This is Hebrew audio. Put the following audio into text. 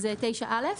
בסעיף 9(א).